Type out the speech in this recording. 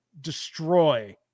destroy